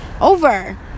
over